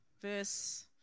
verse